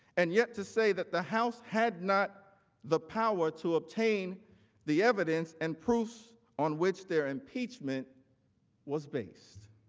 and yet to say that the house had not the power to obtain the evidence and proof on which their impeachment was based.